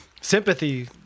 Sympathy